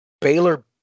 Baylor